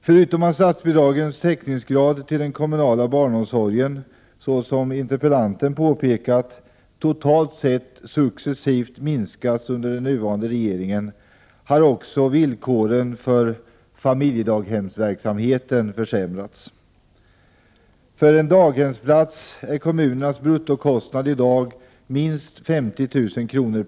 Förutom att statsbidragens täckningsgrad till den kommunala barnomsorgen, såsom interpellanten påpekar, totalt sett successivt minskat under den nuvarande regeringens tid har också villkoren för familjedaghemsverksamheten försämrats. För en daghemsplats är kommunernas bruttokostnader i dag minst 50 000 kr.